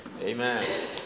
Amen